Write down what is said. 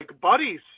buddies